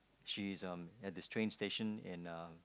she's um at this train station in uh